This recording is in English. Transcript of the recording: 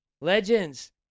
Legends